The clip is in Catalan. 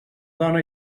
dona